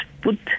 put